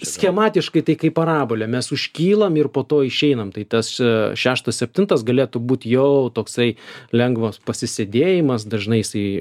schematiškai tai kaip parabolė mes užkylam ir po to išeinam tai tas šeštas septintas galėtų būt jau toksai lengvas pasisėdėjimas dažnai jisai